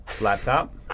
Laptop